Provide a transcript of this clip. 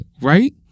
right